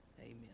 Amen